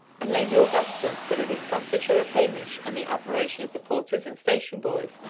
and lady augusta, to the discomfiture of hamish, and the admiration of the porters and station boys,